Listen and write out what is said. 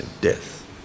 death